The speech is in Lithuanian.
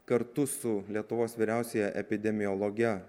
kartu su lietuvos vyriausiąja epidemiologe